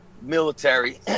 military